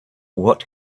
what